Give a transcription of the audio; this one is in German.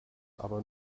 aber